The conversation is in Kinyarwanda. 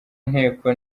nteko